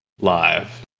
live